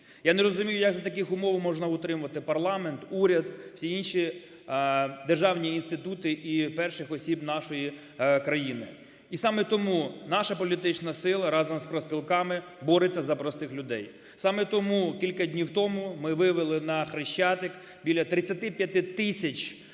Я не розумію, як за таких умов можна утримувати парламент, уряд, всі інші державні інститути і перших осіб нашої країни. І саме тому наша політична сила разом з профспілками бореться за простих людей. Саме тому кілька днів тому ми вивели на Хрещатик біля тридцяти